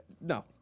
no